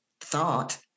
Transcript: thought